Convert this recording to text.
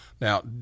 Now